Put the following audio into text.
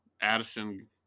Addison